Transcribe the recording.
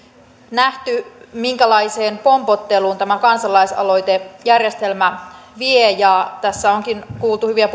nähty minkälaiseen pompotteluun tämä kansalaisaloitejärjestelmä vie tässä onkin kuultu hyviä